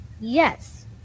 yes